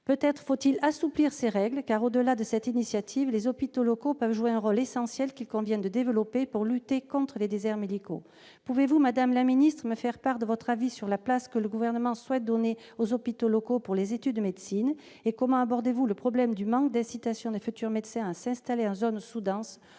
Peut-être faudrait-il assouplir ces règles car, au-delà de cette initiative, les hôpitaux locaux peuvent jouer un rôle essentiel qu'il convient de développer pour lutter contre les déserts médicaux. Madame la ministre, pouvez-vous me faire part de votre avis sur la place que le Gouvernement souhaite donner aux hôpitaux locaux dans le cadre des études de médecine ? Comment comptez-vous aborder le problème du manque d'incitation des futurs médecins à s'installer dans les zones sous-denses,